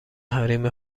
حریم